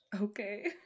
Okay